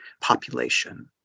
population